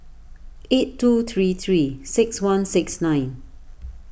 eight two three three six one six nine